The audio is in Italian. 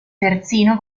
terzino